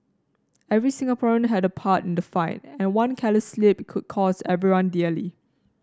every Singaporean had a part in the fight and one careless slip could cost everyone dearly